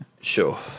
Sure